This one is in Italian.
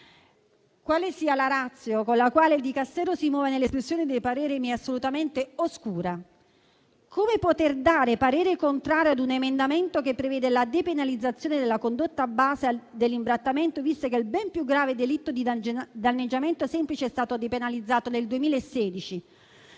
redatti. La *ratio* con la quale il Dicastero si muove nell'espressione dei pareri mi è assolutamente oscura: come potete esprimere parere contrario a un emendamento che prevede la depenalizzazione della condotta base dell'imbrattamento, visto che il ben più grave delitto di danneggiamento semplice è stato depenalizzato nel 2016?